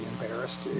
embarrassed